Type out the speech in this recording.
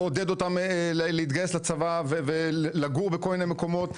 לעודד אותם להתגייס לצבא ולגור בכל מיני מקומות.